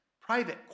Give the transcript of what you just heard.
private